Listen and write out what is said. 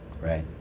Right